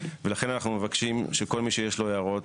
ולכן אנחנו מבקשים שכל מי שיש לו הערות